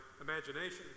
imagination